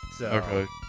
Okay